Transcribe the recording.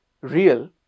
real